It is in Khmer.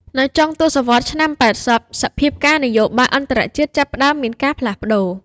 នៅចុងទសវត្សរ៍ឆ្នាំ ៨០ សភាពការណ៍នយោបាយអន្តរជាតិចាប់ផ្តើមមានការផ្លាស់ប្តូរ។